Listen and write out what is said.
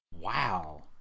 Wow